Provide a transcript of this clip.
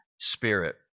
spirit